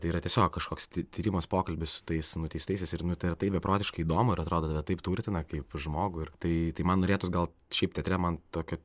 tai yra tiesiog kažkoks ty tyrimas pokalbis su tais nuteistaisiais ir nu tai yra taip beprotiškai įdomu ir atrodo kad taip turtina kaip žmogų ir tai tai man norėtųs gal šiaip teatre man tokio